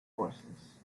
forces